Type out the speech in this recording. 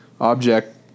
object